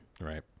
Right